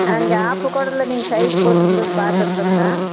நான் இங்கே ஆப்பக்கூடலில் நீங்க சைட் போட்ருந்தது பார்த்துருந்தங்க